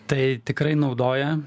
tai tikrai naudoja